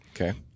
Okay